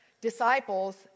disciples